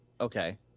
Okay